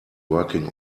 working